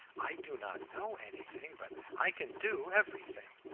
i do not know anything, but i can do everything.